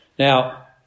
Now